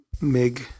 MIG